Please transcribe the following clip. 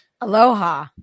Aloha